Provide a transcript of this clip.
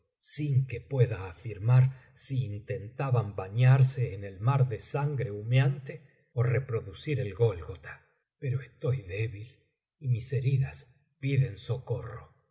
sin que pueda afirmar acto primero escena ii si intentaban bañarse en el mar de sangre humeante ó reproducir el gólgota pero estoy débil y mis heridas piden socorro